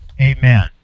Amen